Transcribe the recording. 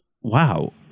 wow